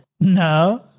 No